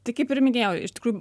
tai kaip ir minėjau iš tikrųjų